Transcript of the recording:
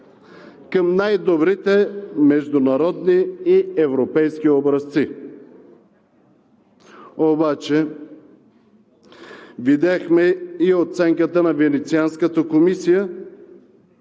към най-добрите международни и европейски образци. Обаче видяхме и оценката на Венецианската комисия,